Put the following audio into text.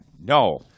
No